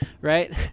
right